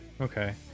okay